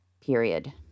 Period